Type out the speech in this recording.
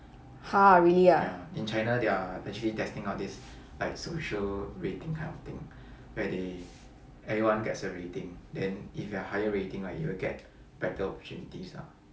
!huh! really ah